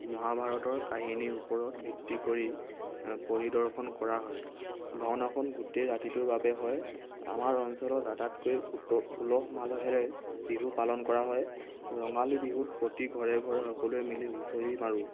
মহাভাৰতৰ কাহিনীৰ ওপৰত ভিত্তি কৰি পৰিদৰ্শন কৰা হয় ভাওনাখন গোটেই ৰাতিটোৰ বাবে হয় আমাৰ অঞ্চলত আটাইতকৈ উত উলহ মালহেৰে বিহু পালন কৰা হয় ৰঙালী বিহুত প্ৰতি ঘৰে ঘৰে সকলোৱে মিলি হুঁচৰি মাৰোঁ